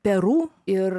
peru ir